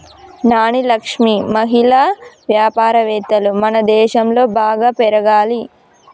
నాని లక్ష్మి మహిళా వ్యాపారవేత్తలు మనదేశంలో బాగా పెరగాలి